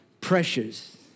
pressures